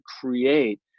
create